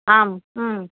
आम्